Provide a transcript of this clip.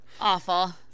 Awful